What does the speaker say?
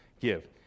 give